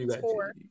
four